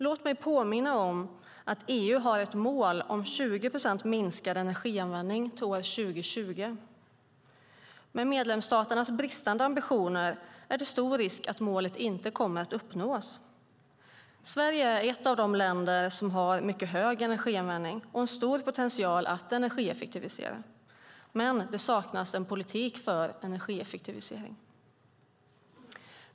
Låt mig påminna om att EU har ett mål om 20 procent minskad energianvändning till år 2020. Med medlemsstaternas bristande ambitioner är det stor risk att målet inte kommer att uppnås. Sverige är ett av de länder som har mycket hög energianvändning och stor potential att energieffektivisera. Men det saknas en politik för energieffektivisering.